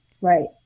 right